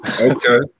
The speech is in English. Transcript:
Okay